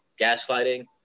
gaslighting